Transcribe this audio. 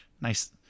Nice